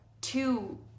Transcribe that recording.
two